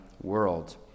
world